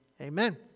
Amen